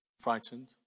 frightened